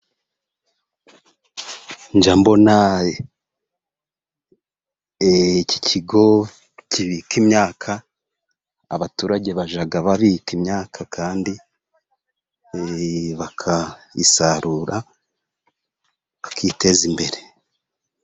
Njya mbona iki kigo kibika imyaka, abaturage bajya babika imyaka kandi bakayisarura bakiteza imbere.